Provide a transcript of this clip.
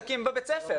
כי הם בבית הספר,